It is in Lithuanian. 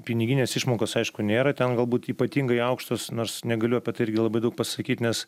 piniginės išmokos aišku nėra ten galbūt ypatingai aukštos nors negaliu apie tai irgi labai daug pasakyt nes